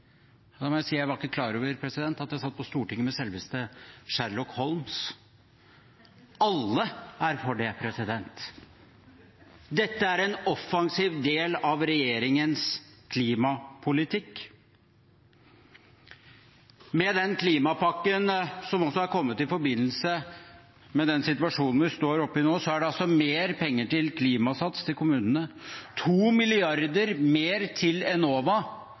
må si at jeg ikke var klar over at jeg satt på Stortinget med selveste Sherlock Holmes. Alle er for det, president. Dette er en offensiv del av regjeringens klimapolitikk. Med den klimapakken som er kommet i forbindelse med den situasjonen vi står oppe i, er det mer penger til Klimasats til kommunene, 2 mrd. kr mer til Enova,